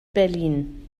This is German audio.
berlin